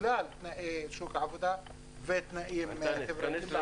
בגלל שוק העבודה ותנאים חברתיים,